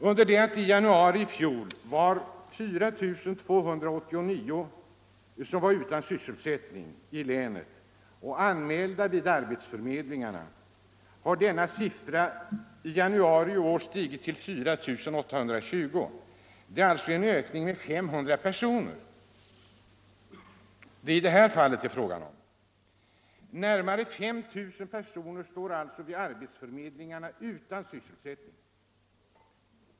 Under det att i januari i fjol 4 289 personer var utan sysselsättning i länet och anmälda vid arbetsförmedlingarna har denna siffra stigit till 4 820 i januari i år. Det är alltså en ökning med 500 personer som det i detta fall är fråga om. Närmare 5 000 personer står alltså vid arbetsförmedlingarna utan sysselsättning.